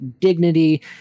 dignity